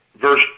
verse